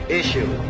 issue